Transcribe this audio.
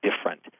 different